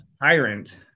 tyrant